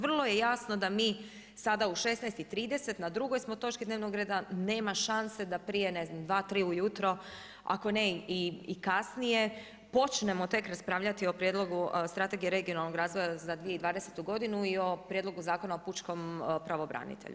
Vrlo je jasno da mi sada u 16,30, na drugoj smo točki dnevnog reda, nema šanse da prije, ne znam 2, 3 ujutro ako ne i kasnije počnemo tek raspravljati o Prijedlogu strategije regionalnog razvoja za 2020. godinu i o Prijedlogu zakona o Pučkom pravobranitelju.